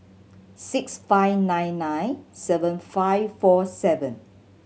six five nine nine seven five four seven